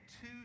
two